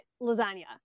lasagna